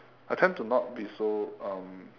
I tend to not be so um